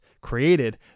created